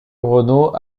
renault